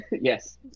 Yes